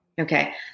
Okay